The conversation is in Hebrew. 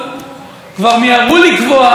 הם כבר קבעו שאנחנו.